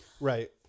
Right